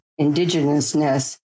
indigenousness